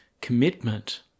commitment